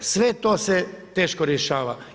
Sve to se teško rješava.